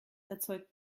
erzeugt